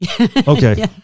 Okay